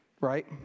Right